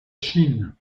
chine